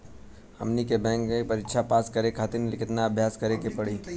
हमनी के बैंक के परीक्षा पास करे खातिर केतना अभ्यास करे के पड़ी?